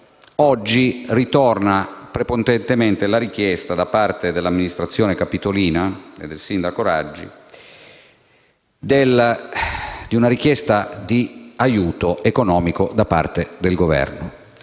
oggi ritorna prepotentemente la richiesta dell'amministrazione capitolina e del sindaco Raggi di un aiuto economico da parte del Governo.